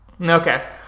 Okay